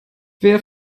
wer